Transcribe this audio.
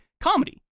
comedy